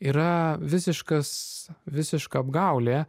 yra visiškas visiška apgaulė